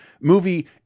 movie